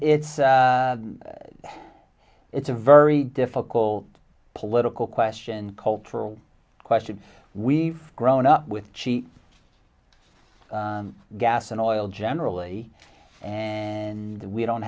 it's it's a very difficult political question cultural question we've grown up with cheap gas and oil generally and we don't